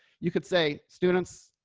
you could say students.